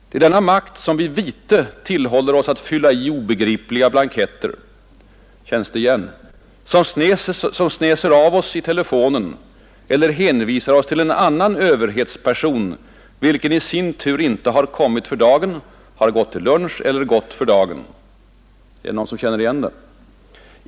Det är denna makt som vid vite tillhåller oss att fylla i obegripliga blanketter, som snäser av oss i telefon eller hänvisar oss till en annan överhetsperson, vilken i sin tur inte har kommit för dagen, har gått till lunch eller har gått för dagen.” Är det någon som känner igen det?